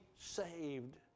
saved